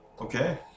Okay